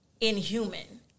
inhuman